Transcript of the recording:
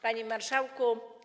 Panie Marszałku!